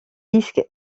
disques